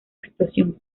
explosión